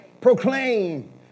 proclaim